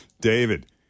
David